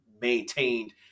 maintained